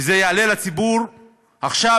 וזה יעלה לציבור עכשיו.